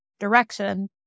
direction